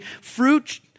fruit